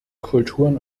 kulturen